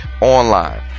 online